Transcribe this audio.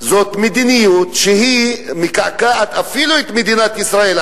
זאת מדיניות שמקעקעת אפילו את מדינת ישראל,